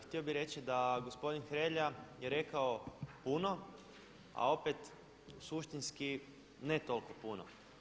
Htio bi reći da gospodin Hrelja je rekao puno, a opet suštinski ne toliko puno.